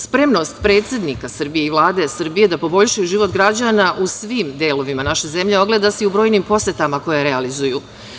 Spremnost predsednika Srbije i Vlade Srbije da poboljšaju život građana u svim delovima naše zemlje ogleda se i u brojnim posetama koje realizuju.